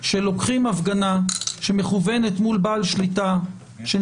בעל עסק.